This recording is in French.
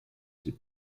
ses